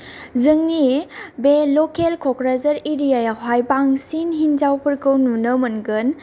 जोंनि बे लकेल क'क्राझार एरियायावहाय बांसिन हिनजावफोरखौ नुनो मोनगोन